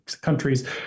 countries